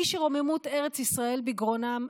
מי שרוממות ארץ ישראל בגרונם,